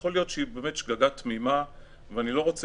יכול להיות שהיא באמת שגגה תמימה ואני לא רוצה